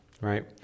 right